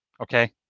Okay